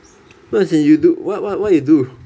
but as in you do what what what you do